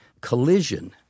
collision